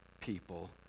people